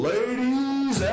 Ladies